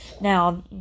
Now